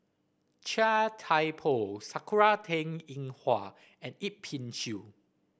Chia Thye Poh Sakura Teng Ying Hua and Yip Pin Xiu